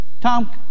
tom